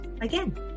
again